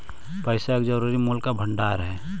पैसा एक जरूरी मूल्य का भंडार हई